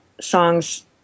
songs